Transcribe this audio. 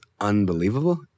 unbelievable